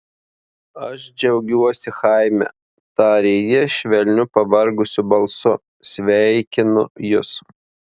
aš džiaugiuosi chaime tarė ji švelniu pavargusiu balsu sveikinu jus